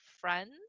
friends